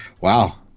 Wow